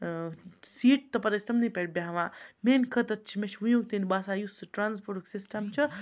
سیٖٹہٕ تہٕ پَتہٕ ٲسۍ تِمنٕے پٮ۪ٹھ بیٚہوان میٛانہِ خٲطرٕ چھِ مےٚ چھِ وٕنیُک تام باسان یُس سُہ ٹرٛانَسپوٹُک سِسٹَم چھُ